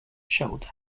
shoulder